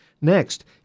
Next